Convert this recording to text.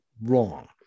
wrong